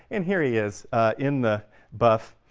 and here he is in the buff